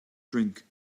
drink